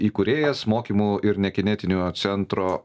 įkūrėjas mokymų ir nekinetinio centro